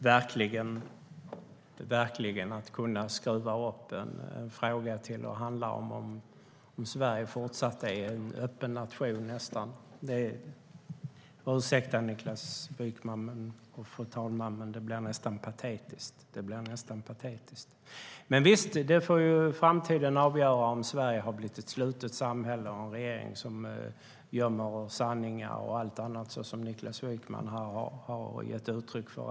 Herr talman! Niklas Wykman har skruvat upp frågan till att handla om huruvida Sverige ska fortsätta vara en öppen nation. Ursäkta, Niklas Wykman och herr talman, men det blir nästan patetiskt. Men visst - framtiden får avgöra om Sverige kommer att bli ett slutet samhälle med en regering som gömmer sanningar och allt annat som Niklas Wykman gett uttryck för.